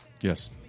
yes